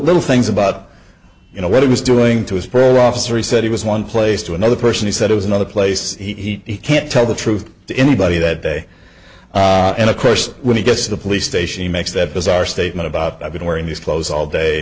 little things about you know what he was doing to his parole officer he said he was one place to another person he said it was another place he can't tell the truth to anybody that day and of course when he gets to the police station he makes that bizarre statement about i've been wearing these clothes all day